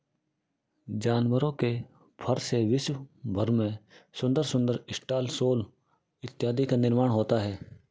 जानवरों के फर से विश्व भर में सुंदर सुंदर स्टॉल शॉल इत्यादि का निर्माण होता है